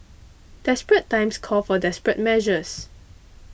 desperate times call for desperate measures